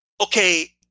Okay